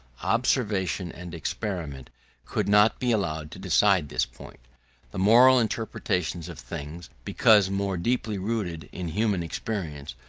observation and experiment could not be allowed to decide this point the moral interpretation of things, because more deeply rooted in human experience,